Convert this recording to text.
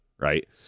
right